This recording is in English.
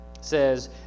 says